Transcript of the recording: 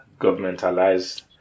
governmentalized